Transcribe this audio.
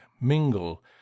mingle